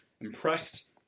impressed